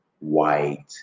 white